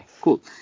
Cool